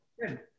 Good